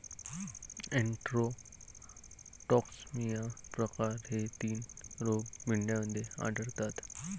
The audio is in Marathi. एन्टरोटॉक्सिमिया प्रकार हे तीन रोग मेंढ्यांमध्ये आढळतात